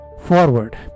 forward